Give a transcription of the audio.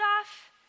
off